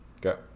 go